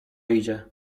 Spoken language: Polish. idzie